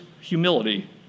humility